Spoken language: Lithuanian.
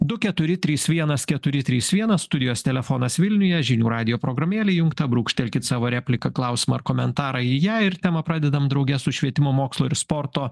du keturi trys vienas keturi trys vienas studijos telefonas vilniuje žinių radijo programėlė įjunkta brūkštelkit savo repliką klausimą ar komentarą į ją ir temą pradedam drauge su švietimo mokslo ir sporto